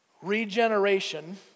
Regeneration